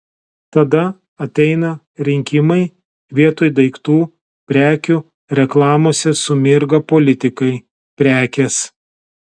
tada ateina rinkimai vietoj daiktų prekių reklamose sumirga politikai prekės